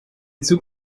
zug